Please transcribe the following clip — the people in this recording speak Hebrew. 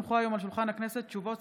בנושא: חידוד הליך הרישום לזוגות אשר